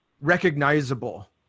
recognizable